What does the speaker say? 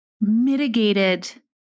mitigated